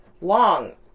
long